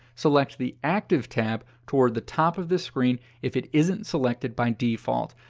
select the active tab toward the top of this screen if it isn't selected by default.